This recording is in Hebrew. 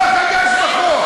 מה חדש בחוק?